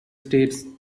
states